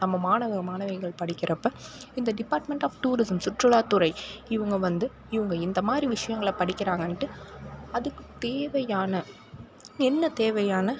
நம்ம மாணவ மாணவிகள் படிக்கிறப்ப இந்த டிபாட்மெண்ட் ஆஃப் டூரிஸிம் சுற்றுலாத்துறை இவங்க வந்து இவங்க இந்த மாதிரி விஷயங்களை படிக்கிறாங்கன்ட்டு அதுக்கு தேவையான என்ன தேவையான